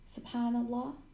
SubhanAllah